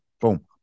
boom